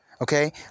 Okay